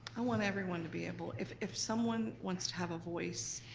i want everyone to be able, if if someone wants to have a voice,